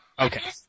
Okay